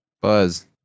Buzz